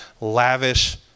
lavish